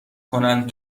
کنند